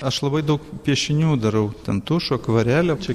aš labai daug piešinių darau ten tušu akvarele čia